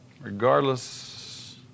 Regardless